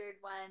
one